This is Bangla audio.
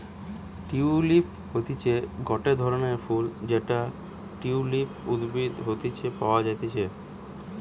টিউলিপ হতিছে গটে ধরণের ফুল যেটা টিউলিপ উদ্ভিদ হইতে পাওয়া যাতিছে